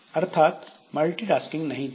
अर्थात मल्टीटास्किंग नहीं थी